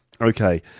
Okay